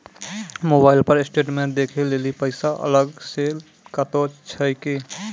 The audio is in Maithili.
मोबाइल पर स्टेटमेंट देखे लेली पैसा अलग से कतो छै की?